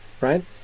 Right